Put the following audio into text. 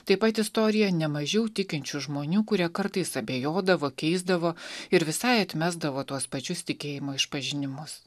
taip pat istorija ne mažiau tikinčių žmonių kurie kartais abejodavo keisdavo ir visai atmesdavo tuos pačius tikėjimo išpažinimus